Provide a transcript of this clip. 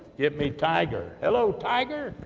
get me tiger. hello tiger?